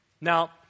Now